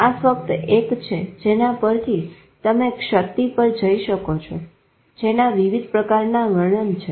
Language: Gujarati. આ ફક્ત એક છે જેના પરથી તમે ક્ષતી પર જઈ શકો છો જેના વિવિધ પ્રકારના વર્ણન છે